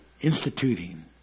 instituting